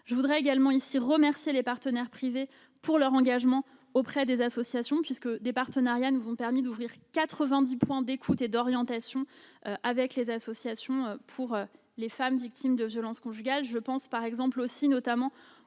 Je voudrais également ici remercier les partenaires privés de leur engagement auprès des associations, puisque des partenariats nous ont permis d'ouvrir 90 points d'écoute et d'orientation avec les associations pour les femmes victimes de violences conjugales. Je pense, notamment,